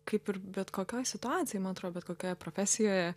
kaip ir bet kokioj situacijoj man atrodo bet kokioje profesijoje